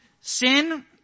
Sin